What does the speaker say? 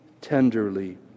tenderly